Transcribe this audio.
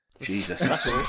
Jesus